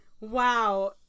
Wow